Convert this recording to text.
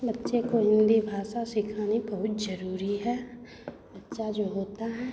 बच्चे को हिन्दी भाषा सिखानी बहुत ज़रूरी है बच्चा जो होता है